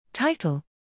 Title